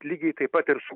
lygiai taip pat ir su